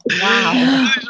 Wow